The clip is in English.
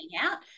out